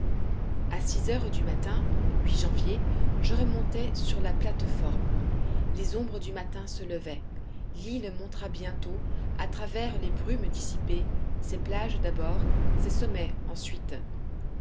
a six heures du matin janvier je remontai sur la plate-forme les ombres du matin se levaient l'île montra bientôt à travers les brumes dissipées ses plages d'abord ses sommets ensuite